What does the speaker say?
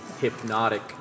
hypnotic